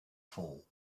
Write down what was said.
fall